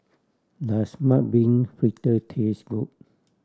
does mung bean fritter taste good